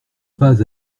pas